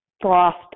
Frost